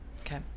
okay